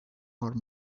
are